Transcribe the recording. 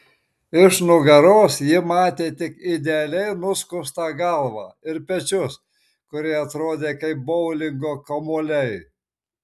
iš nugaros ji matė tik idealiai nuskustą galvą ir pečius kurie atrodė kaip boulingo kamuoliai